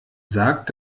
sagt